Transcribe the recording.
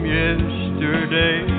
yesterday